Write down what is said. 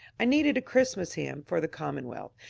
i needed a christmas hymn for the commonwealth,